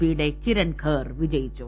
പിയുടെ കിരൺ ഖേർ വിജയിച്ചു